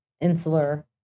insular